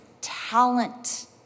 talent